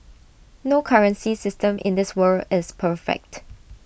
no currency system in this world is perfect